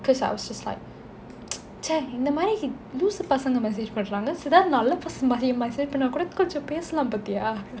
cause I was just like இந்த மாறி லூசு பசங்க:intha maari loosu pasanga message பண்ணுறாங்க ஏதாவது நல்ல பசங்க:pannuraanga yethaavathu nalla pasanga message பன்னா கூட கொஞ்சம் பேசலாம் பாத்தியா:panna kooda konjam pesalam paatthiya